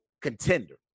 contender